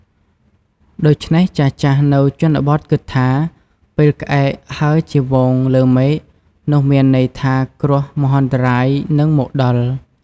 ដូច្នេះ ចាស់ៗនៅជនបទគិតថា ពេលក្អែកហើរជាហ្វូងលើមេឃ នោះមានន័យថាគ្រោះមហន្តរាយនឹងមកដល់។